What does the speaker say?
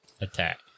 attack